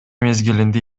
мезгилинде